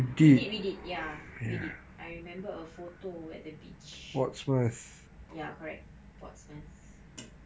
we did we did ya we did I remember a photo at the beach ya correct portsmouth